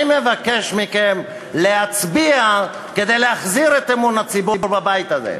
אני מבקש מכם להצביע כדי להחזיר את אמון הציבור בבית הזה.